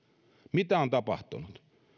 mitä on tapahtunut